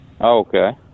Okay